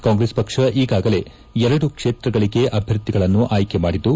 ಕಾಂಗ್ರೆಸ್ ಪಕ್ಷ ಈಗಾಗಲೇ ಎರಡು ಕ್ಷೇತ್ರಗಳಿಗೆ ಅಭ್ಯರ್ಥಿಗಳನ್ನು ಆಯ್ಕೆ ಮಾಡಿದ್ದು